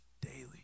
daily